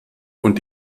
und